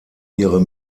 ihre